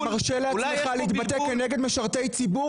אתה מרשה לעצמך להתבטא כנגד משרתי ציבור?